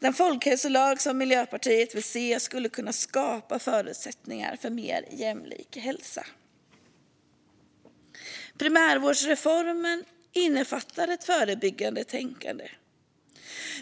Den folkhälsolag som Miljöpartiet vill se skulle kunna skapa förutsättningar för mer jämlik hälsa. Primärvårdsreformen innefattar ett förebyggande tänkande.